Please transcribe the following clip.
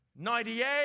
98